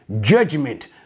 judgment